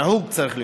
הנהוג, צריך להיות.